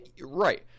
Right